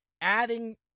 adding